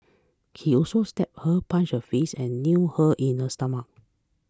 he also slapped her punched her face and kneed her in the stomach